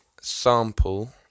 sample